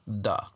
Duh